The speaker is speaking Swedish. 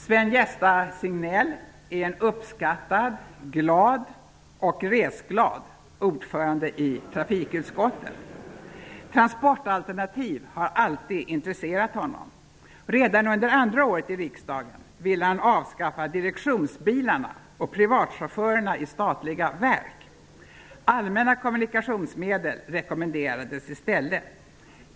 Sven-Gösta Signell, är en uppskattad, glad -- och resglad -- ordförande i trafikutskottet. Transportalternativ har alltid intresserat honom. Redan under andra året i riksdagen ville han avskaffa direktionsbilarna och privatchaufförerna i statliga verk. Allmänna kommunikationsmedel rekommenderades i stället.